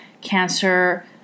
cancer